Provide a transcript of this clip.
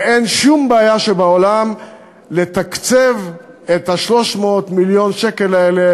ואין שום בעיה שבעולם לתקצב את 300 מיליון השקל האלה